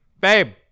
babe